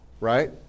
right